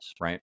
right